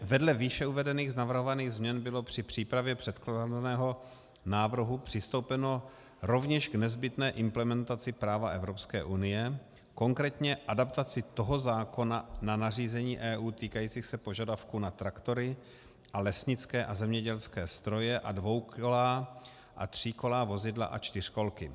Vedle výše uvedených navrhovaných změn bylo při přípravě předkládaného návrhu přistoupeno rovněž k nezbytné implementaci práva Evropské unie, konkrétně adaptaci toho zákona na nařízení EU týkající se požadavků na traktory a lesnické a zemědělské stroje, dvoukolá a tříkolá vozidla a čtyřkolky.